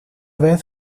vez